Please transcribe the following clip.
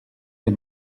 des